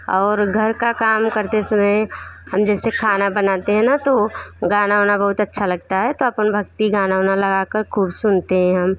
और घर का काम करते समय हम जैसे खाना बनाते हैं ना तो गाना वाना बहुत अच्छा लगता है तो अपन भक्ति गाना उना लगा कर ख़ूब सुनते हैं हम